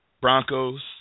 Broncos